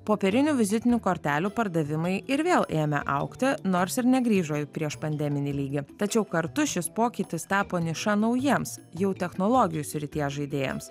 popierinių vizitinių kortelių pardavimai ir vėl ėmė augti nors ir negrįžo į prieš pandeminį lygį tačiau kartu šis pokytis tapo niša naujiems jau technologijų srities žaidėjams